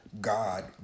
God